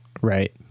Right